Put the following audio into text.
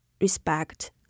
respect